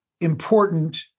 important